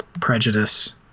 prejudice